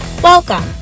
Welcome